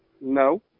no